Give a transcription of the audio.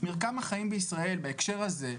בהקשר הזה,